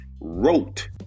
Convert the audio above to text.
wrote